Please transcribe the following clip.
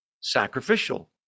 sacrificial